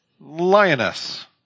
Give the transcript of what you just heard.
lioness